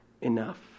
enough